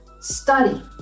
study